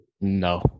no